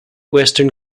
western